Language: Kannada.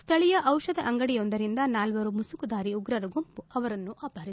ಸ್ಥಳೀಯ ಚಿಷಧ ಅಂಗಡಿಯೊಂದರಿಂದ ನಾಲ್ವರು ಮುಸುಕುಧಾರಿ ಉಗ್ರರ ಗುಂಪು ಅವರನ್ನು ಅಪಹರಿಸಿತ್ತು